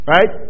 Right